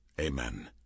Amen